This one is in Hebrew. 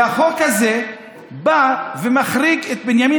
והחוק הזה בא ומחריג את בנימין